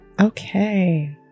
Okay